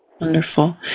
wonderful